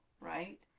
right